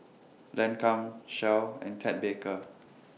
Lancome Shell and Ted Baker